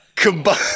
Combine